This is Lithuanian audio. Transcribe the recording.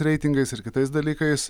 reitingais ir kitais dalykais